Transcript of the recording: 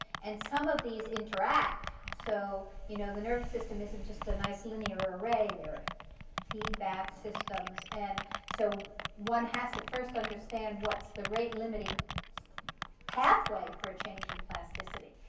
and some of these interact. so you know the nervous system isn't just a nice linear array. there are feedback systems. and so one has to first understand what's the rate limiting pathway for a change in plasticity.